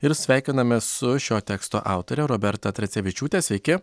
ir sveikinamės su šio teksto autore roberta tracevičiūte sveiki